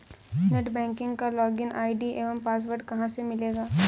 Net banking का login ID एवं password कहाँ से मिलेगा?